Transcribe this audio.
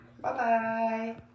Bye-bye